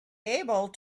able